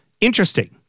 Interesting